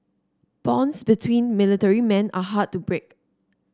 bonds between military men are hard to break